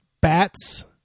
Bats